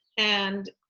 and,